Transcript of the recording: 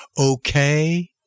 okay